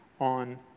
on